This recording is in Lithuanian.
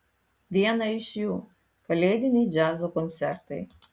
vieną iš jų kalėdiniai džiazo koncertai